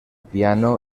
piano